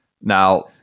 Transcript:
Now